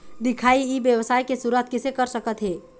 दिखाही ई व्यवसाय के शुरुआत किसे कर सकत हे?